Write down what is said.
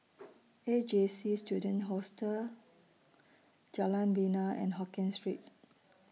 A J C Student Hostel Jalan Bena and Hokkien Street